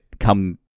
Come